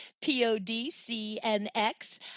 P-O-D-C-N-X